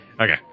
Okay